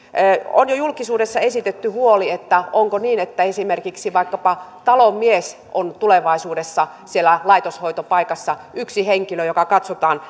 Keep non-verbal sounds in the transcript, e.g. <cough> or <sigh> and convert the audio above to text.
on jo julkisuudessa esitetty huoli että onko niin että esimerkiksi vaikkapa talonmies on tulevaisuudessa siellä laitoshoitopaikassa yksi henkilö joka katsotaan <unintelligible>